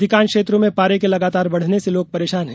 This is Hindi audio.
अधिकांश क्षेत्रों में पारे के लगातार बढ़ने से लोग परेशान हैं